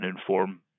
inform